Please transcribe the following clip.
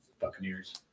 Buccaneers